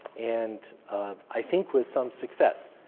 and i think with some success.